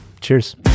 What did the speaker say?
Cheers